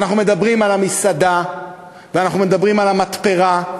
אנחנו מדברים על המסעדה,